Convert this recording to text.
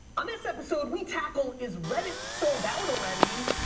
on this episode we tackle is reddit sold out already?